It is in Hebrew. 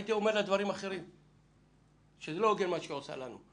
הייתי אומר לה דברים אחרים שזה לא הוגן מה שהיא עושה לנו.